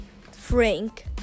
Frank